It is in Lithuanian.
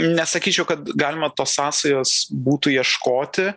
nesakyčiau kad galima tos sąsajos būtų ieškoti